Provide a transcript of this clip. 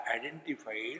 identified